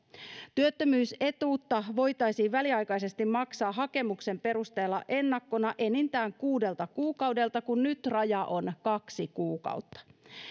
työttömyysetuutta voitaisiin väliaikaisesti maksaa hakemuksen perusteella ennakkona enintään kuudelta kuukaudelta kun nyt raja on kaksi kuukautta